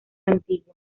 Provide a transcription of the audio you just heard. antiguo